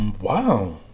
Wow